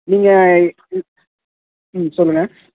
நீங்கள் ம் ம் சொல்லுங்கள்